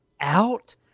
out